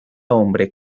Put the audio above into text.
hombre